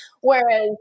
Whereas